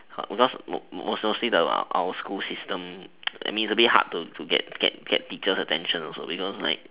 because mostly the our school system I mean it's a bit hard to get get get teacher's attention also because like